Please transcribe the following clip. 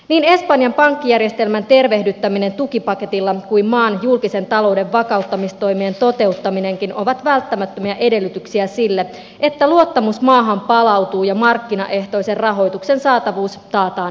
niin espanjan pankkijärjestelmän tervehdyttäminen tukipaketilla kuin maan julkisen talouden vakauttamistoimien toteuttaminenkin ovat välttämättömiä edellytyksiä sille että luottamus maahan palautuu ja markkinaehtoisen rahoituksen saatavuus taataan jatkossa